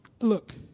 look